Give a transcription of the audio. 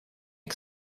que